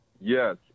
Yes